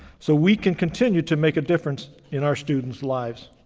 so we can continue to make a difference in our students' lives.